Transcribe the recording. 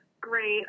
great